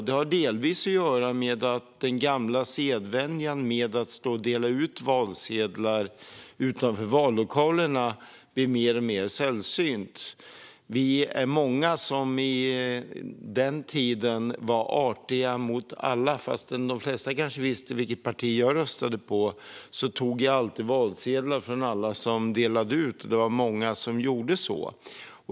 Det har delvis att göra med att den gamla sedvänjan att stå utanför vallokalerna och dela ut valsedlar blir mer och mer sällsynt. Vi är många som förr i tiden var artiga mot alla. Fastän de flesta kanske visste vilket parti jag röstade på tog jag alltid valsedlar från alla som delade ut, och det var många som gjorde så.